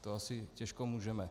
To asi těžko můžeme.